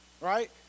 right